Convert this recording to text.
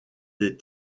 des